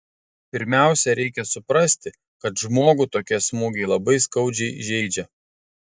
pirmiausia reikia suprasti kad žmogų tokie smūgiai labai skaudžiai žeidžia